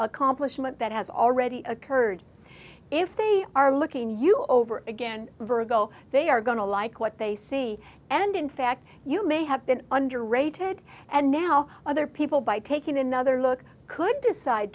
accomplishment that has already occurred if they are looking you over again virgo they are going to like what they see and in fact you may have been under rated and now other people by taking another look could decide